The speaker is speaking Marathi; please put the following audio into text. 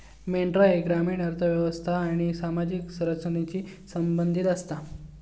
मेंढरा ही ग्रामीण अर्थ व्यवस्था आणि सामाजिक रचनेशी संबंधित आसतत